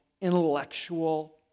intellectual